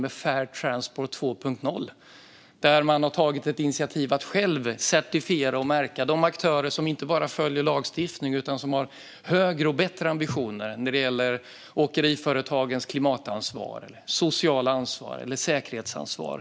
Med Fair Transport 2.0 har man tagit ett initiativ att själv certifiera och märka de aktörer som inte bara följer lagstiftningen utan också har högre och bättre ambitioner när det gäller åkeriföretagens klimatansvar, sociala ansvar och säkerhetsansvar.